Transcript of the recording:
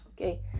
Okay